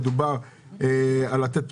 נכון, אבל לא מדובר בדברים